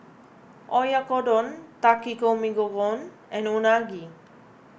Oyakodon Takikomi Gohan and Unagi